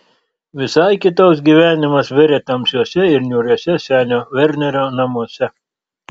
visai kitoks gyvenimas virė tamsiuose ir niūriuose senio vernerio namuose